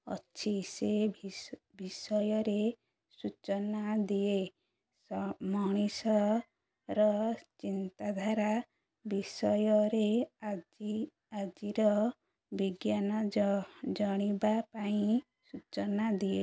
ଅଛି ସେ ବିଷୟରେ ସୂଚନା ଦିଏ ମଣିଷର ଚିନ୍ତାଧାରା ବିଷୟରେ ଆଜି ଆଜିର ବିଜ୍ଞାନ ଜାଣିବା ପାଇଁ ସୂଚନା ଦିଏ